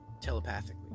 telepathically